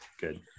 Good